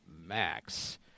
Max